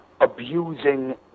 abusing